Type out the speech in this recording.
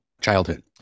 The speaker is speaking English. childhood